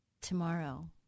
tomorrow